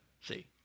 see